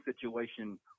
situation